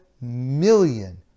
million